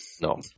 No